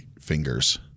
fingers